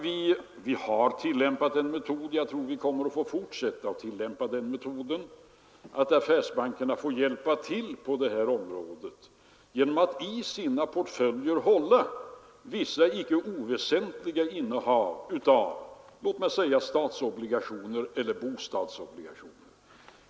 Vi har tillämpat den metoden — och jag tror att vi kommer att fortsätta att göra det — att affärsbankerna får hjälpa till på det här området genom att i sina portföljer hålla vissa icke oväsentliga innehav av t.ex. statsobligationer eller bostadsobligationer.